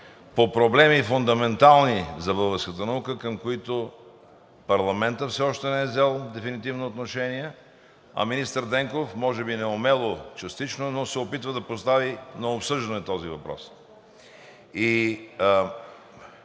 по проблеми, фундаментални за българската наука, към които парламентът все още не е взел дефинитивно отношение, а министър Денков може би неумело, частично, но се опитва да постави на обсъждане този въпрос.